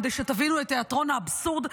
כדי שתבינו את תיאטרון האבסורד,